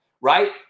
Right